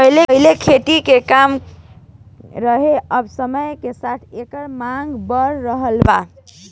पहिले खेत के मांग कम रहे अब समय के साथे एकर मांग बढ़ रहल बा